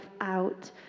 out